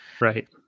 Right